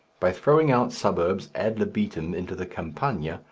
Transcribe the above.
by throwing out suburbs ad libitum into the campagna,